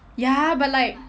ya but like